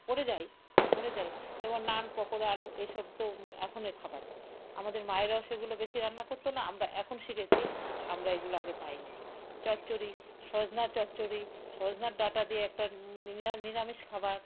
পড়ে যাই পড়ে যাই যেমন নান পকোড়া আলো এইসব তো এখনের খাবার আমাদের মায়েরাও সেগুলো বেশি রান্না করতো না আমরা এখন শিখেছি আমরা এগুলো আগে পাইনি চচ্চড়ি সজনা চচ্চড়ি সজনার ডাটা দিয়ে একটা নিরামিষ খাবার